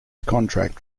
contract